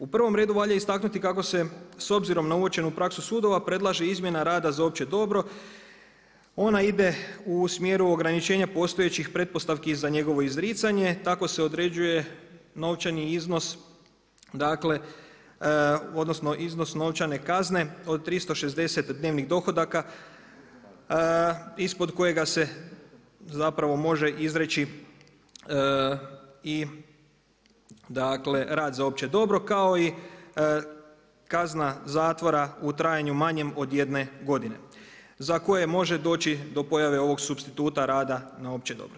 U prvom redu valja istaknuti kako se s obzirom na uočenu praksu sudova predlaže izmjena rada za opće dobro, ona ide u smjeru ograničenja postojećih pretpostavki za njegovo izricanje, tako se određuje novčani iznos dakle, odnosno iznos novčane kazne od 360 dnevnih dohodaka ispod kojega se zapravo može izreći i dakle, rad za opće dobro kao i kazna zatvora u trajanju manjem od jedne godine za koje može doći do pojave ovog supstituta rada na opće dobro.